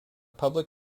public